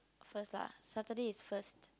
first lah Saturday is first